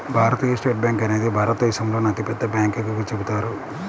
భారతీయ state bank అనేది భారతదేశంలోనే అతిపెద్ద బ్యాంకుగా చెబుతారు